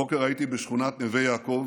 הבוקר הייתי בשכונת נווה יעקב